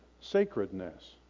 sacredness